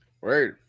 right